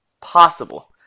possible